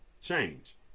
change